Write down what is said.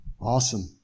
Awesome